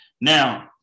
Now